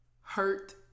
hurt